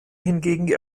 hingegen